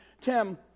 Tim